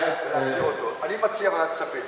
אני מציע ועדת כספים.